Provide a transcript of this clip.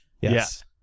Yes